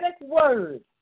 word